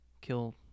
kill